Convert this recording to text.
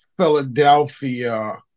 Philadelphia